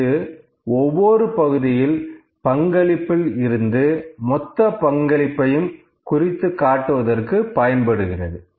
இது ஒவ்வொரு பகுதியில் பங்களிப்பில் இருந்து மொத்த பங்களிப்பையும் குறித்து காட்டுவதற்கு பயன்படுகிறது